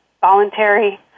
voluntary